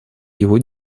его